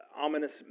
ominous